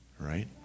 right